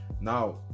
now